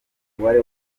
umubare